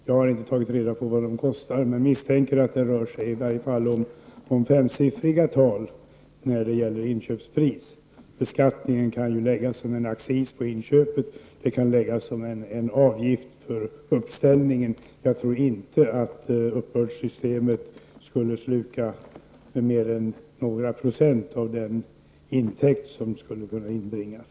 Jag har inte tagit reda på vad de kostar, men jag misstänker att det rör sig om i varje fall femsiffriga tal i inköpspris. Beskattningen kan ju läggas som en accis på inköpet eller utformas som en avgift för uppställningen. Jag tror inte att uppbördssystemet skulle sluka mer än några procent av den intäkt som skulle kunna inbringas.